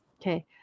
Okay